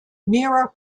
mira